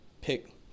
pick